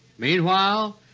meanwhile,